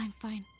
um fine